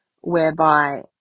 whereby